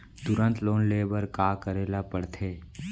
तुरंत लोन ले बर का करे ला पढ़थे?